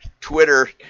Twitter